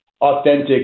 authentic